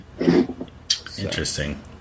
Interesting